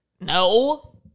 no